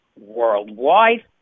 worldwide